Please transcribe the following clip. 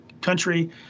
country